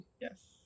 Yes